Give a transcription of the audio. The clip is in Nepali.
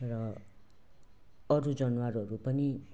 र अरू जनावरहरू पनि